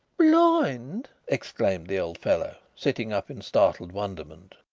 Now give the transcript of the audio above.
blind! exclaimed the old fellow, sitting up in startled wonderment.